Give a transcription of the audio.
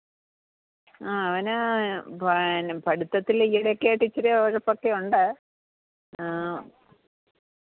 ആ അവന് പിന്നെ പഠിത്തത്തിൽ ഈ ഇടയൊക്കായിട്ട് ഇച്ചിരെ ഉഴപ്പൊക്കെ ഉണ്ട് അ